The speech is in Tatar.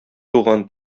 туган